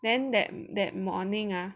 then that that morning ah